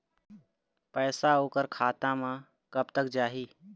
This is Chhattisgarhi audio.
पैसा ओकर खाता म कब तक जाही?